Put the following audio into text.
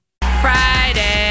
Friday